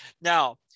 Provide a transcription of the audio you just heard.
now